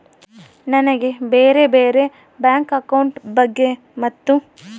ನನಗೆ ಬ್ಯಾರೆ ಬ್ಯಾರೆ ಬ್ಯಾಂಕ್ ಅಕೌಂಟ್ ಬಗ್ಗೆ ಮತ್ತು?